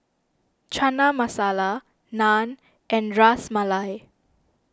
Chana Masala Naan and Ras Malai